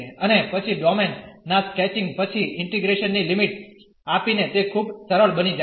અને પછી ડોમેન ના સ્કેચિંગ પછી ઇન્ટીગ્રેશન ની લિમિટ આપી ને તે ખુબ સરળ બની જાય છે